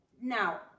now